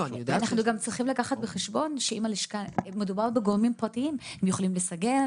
אנחנו צריכים גם לקחת חשבון שמדובר בגורמים פרטיים והם יכולים להיסגר,